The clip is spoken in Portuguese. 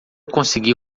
conseguir